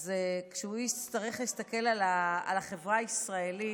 אז כשהוא יצטרך להסתכל על החברה הישראלית,